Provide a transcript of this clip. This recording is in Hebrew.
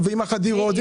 חדירות,